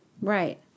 Right